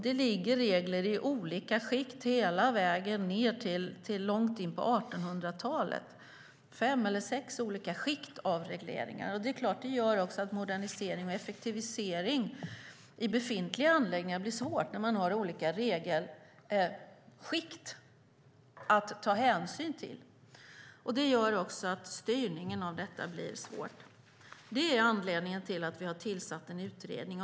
Det ligger regler i olika skikt hela vägen ned till långt in på 1800-talet. Det finns fem eller sex olika skikt av regleringar. Det gör att modernisering och effektivisering i befintliga anläggningar blir svår när man har olika regelskikt att ta hänsyn till. Det gör också att styrningen av detta blir svår. Det är anledningen till att vi har tillsatt en utredning.